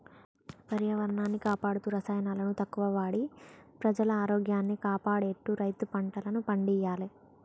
పర్యావరణాన్ని కాపాడుతూ రసాయనాలను తక్కువ వాడి ప్రజల ఆరోగ్యాన్ని కాపాడేట్టు రైతు పంటలను పండియ్యాలే